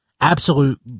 Absolute